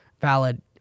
valid